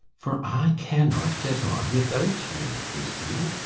for i cannot get on without you, you see.